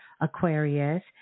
Aquarius